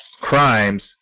crimes